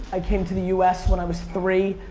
i came to the us when i was three.